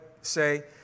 say